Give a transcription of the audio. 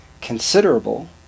considerable